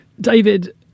David